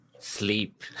sleep